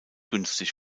günstig